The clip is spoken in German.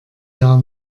jahr